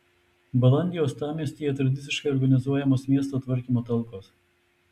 balandį uostamiestyje tradiciškai organizuojamos miesto tvarkymo talkos